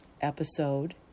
episode